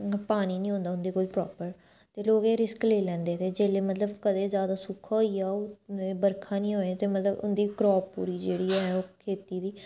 पानी निं होंदा उं'दे कोल प्रापर ते लोक एह् रिस्क लेई लैंदे ते जेल्लै मतलब कदें ज्यादा सुक्का होई गेआ जां बरखा निं होऐ ते मतलब उं'दी क्रॉप पूरी जेह्ड़ी ऐ ओह् खेती दी